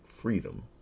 freedom